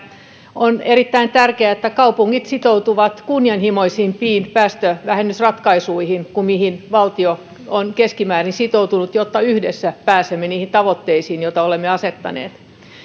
on erittäin tärkeää että kaupungit sitoutuvat kunnianhimoisempiin päästövähennysratkaisuihin kuin mihin valtio on keskimäärin sitoutunut jotta yhdessä pääsemme niihin tavoitteisiin joita olemme asettaneet